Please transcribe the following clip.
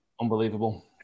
Unbelievable